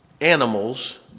Animals